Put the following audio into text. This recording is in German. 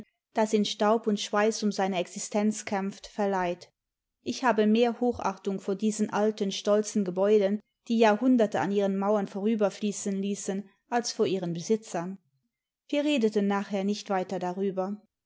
das in staub und schweiß um seine existenz kämpft verleiht ich habe mehr hochachtung vor diesen alten stolzen gebäuden die jahrhunderte an ihren mauern vorüberfließen ließen als vor ihren besitzern wir redeten nachher nicht weiter darüber